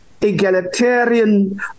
egalitarian